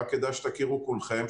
רק כדאי שתכירו כולכם,